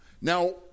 Now